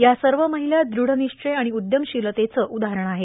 या सर्व महिला दृढनिश्चय आणि उद्यमशीलतेचं उदाहरण आहेत